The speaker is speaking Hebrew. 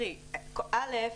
א',